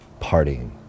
partying